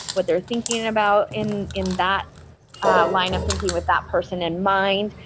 what they're thinking about in in that line of thinking with that person in mind.